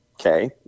Okay